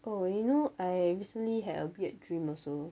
oh you know I recently had a weird dream also